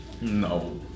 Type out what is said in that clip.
No